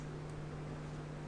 כזו.